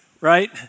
right